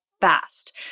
Fast